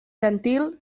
gentil